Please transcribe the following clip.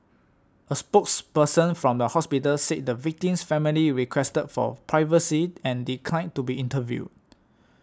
a spokesperson from the hospital said the victim's family requested for privacy and declined to be interviewed